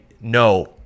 no